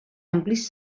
amplis